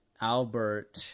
Albert